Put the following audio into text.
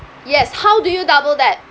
yes how do you double that